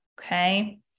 Okay